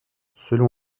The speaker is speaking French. selon